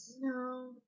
No